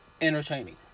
Entertaining